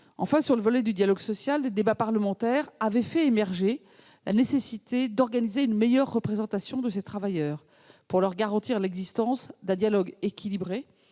Enfin, sur le volet du dialogue social, des débats parlementaires avaient en effet fait émerger la nécessité d'organiser une meilleure représentation de ces travailleurs, afin de garantir à ceux-ci l'existence d'un dialogue équilibré